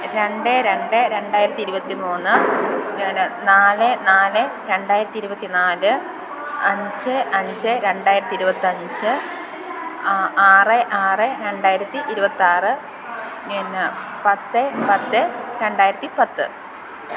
രണ്ട് രണ്ട് രണ്ടായിരത്തി ഇരുപത്തി മൂന്ന് നാല് നാല് രണ്ടായിരത്തി ഇരുപത്തി നാല് അഞ്ച് അഞ്ച് രണ്ടായിരത്തി ഇരുപത്തഞ്ച് ആ ആറ് ആറ് രണ്ടായിരത്തി ഇരുപത്താറ് പിന്നെ പത്ത് പത്ത് രണ്ടായിരത്തി പത്ത്